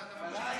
שאתה ממשיך לנאום,